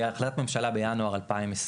בהחלטת ממשלה בינואר 2022,